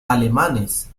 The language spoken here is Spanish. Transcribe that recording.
alemanes